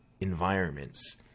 environments